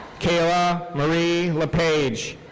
kayla marie lapage.